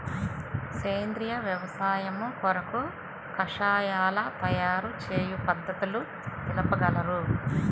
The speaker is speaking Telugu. సేంద్రియ వ్యవసాయము కొరకు కషాయాల తయారు చేయు పద్ధతులు తెలుపగలరు?